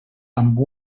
amb